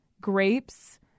grapes